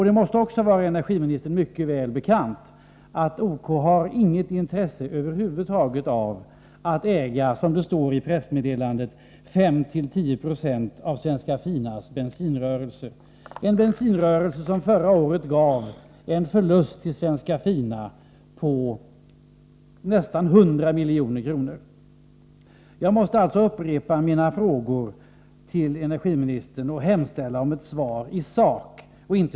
Det måste också vara energiministern mycket väl bekant att OK över huvud taget inte har något intresse av att äga — som det sägs i pressmeddelandet — 5—-10 96 av Svenska Finas bensinrörelse — en bensinrörelse som förra året medförde en förlust för Svenska Fina med nästan 100 milj.kr. Jag har varit tvungen att upprepa mina frågor till energiministern, och jag hemställer verkligen om ett svar i sakfrågan.